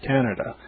Canada